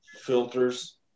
filters